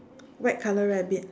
white color rabbit